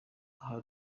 aha